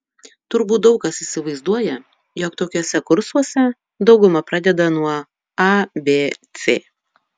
turbūt daug kas įsivaizduoja jog tokiuose kursuose dauguma pradeda nuo abc